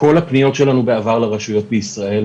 כל הפניות שלנו בעבר לרשויות בישראל,